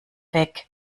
weg